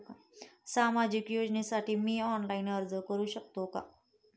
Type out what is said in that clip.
सामाजिक योजनेसाठी मी ऑनलाइन अर्ज करू शकतो का?